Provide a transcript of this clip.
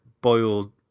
boiled